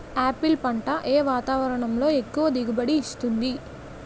Apple పంట ఏ వాతావరణంలో ఎక్కువ దిగుబడి ఇస్తుంది?